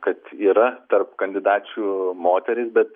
kad yra tarp kandidačių moteris bet